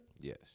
Yes